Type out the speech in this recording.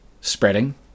spreading